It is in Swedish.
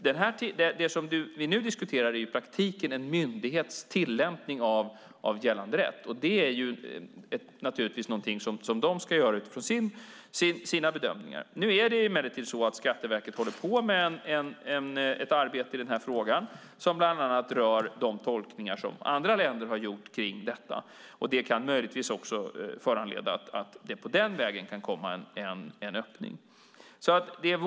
Det vi nu diskuterar är i praktiken en myndighets tillämpning av gällande rätt, och det är naturligtvis någonting man ska göra utifrån sina bedömningar. Skatteverket håller emellertid på med ett arbete i den här frågan som bland annat rör de tolkningar som andra länder har gjort kring detta, och det kan möjligtvis föranleda en öppning den vägen.